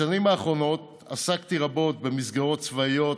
בשנים האחרונות עסקתי רבות, במסגרות צבאיות,